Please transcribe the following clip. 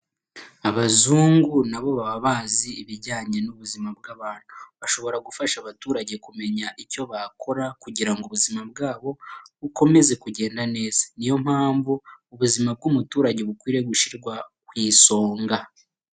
Abazungu nabo baba bazi ibijyanye n'ubuzima bw'abantu, bashobora gufasha abaturage kumenya icyo bakora kugira ngo ubuzima bwabo bukomeze kugenda neza, ni yo mpamvu ubuzima bw'umuturage bukwiriye gushyirwa ku isonga.